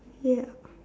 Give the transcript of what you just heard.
ya